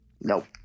Nope